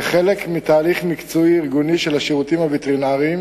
כחלק מתהליך מקצועי-ארגוני של השירותים הווטרינריים